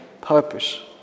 purpose